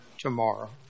tomorrow